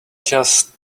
just